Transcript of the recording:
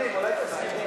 אולי תסכים,